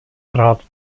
trat